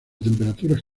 temperaturas